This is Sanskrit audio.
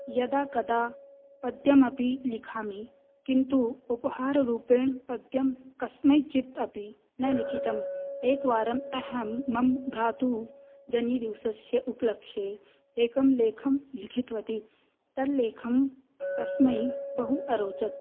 यदा कदा पद्यमपि लिखामि किन्तु उपहाररूपेण पद्यं कस्मैचित् अपि न लिखितम् एकवारम् अहं मम भ्रातुः जनिदिवसस्य उपलक्ष्ये एकं लेखं लिखितवती तद् लेखं तस्मै बहु अरोचत